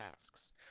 tasks